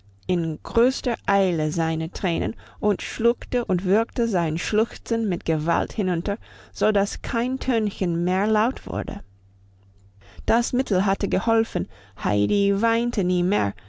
in größter eile seine tränen und schluckte und würgte sein schluchzen mit gewalt hinunter so dass kein tönchen mehr laut wurde das mittel hatte geholfen heidi weinte nie mehr